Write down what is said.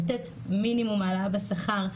לתת מינימום העלאה בשכר,